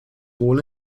wohl